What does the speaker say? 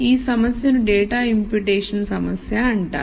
ఈ సమస్యను data imputation సమస్య అంటారు